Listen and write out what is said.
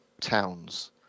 towns